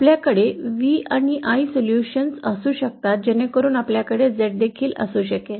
आपल्याकडे V आणि I solutions असू शकतात जेणेकरून आपल्याकडे Z देखील असू शकेल